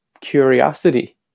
curiosity